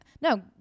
no